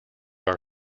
our